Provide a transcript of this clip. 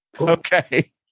Okay